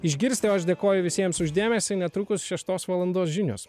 išgirsti o aš dėkoju visiems už dėmesį netrukus šeštos valandos žinios